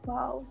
Wow